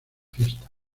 fiesta